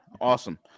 Awesome